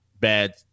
bad